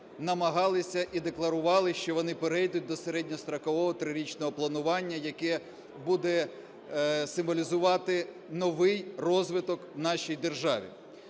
намагалися і декларували, що вони перейдуть до середньострокового трирічного планування, яке буде символізувати новий розвиток в нашій державі.